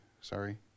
Sorry